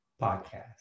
Podcast